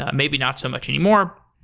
ah maybe not so much anymore.